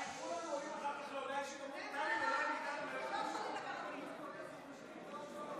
ושלישית, וייכנס לספר החוקים.